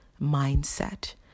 mindset